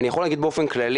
אני יכול להגיד באופן כללי,